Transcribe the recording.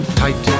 tight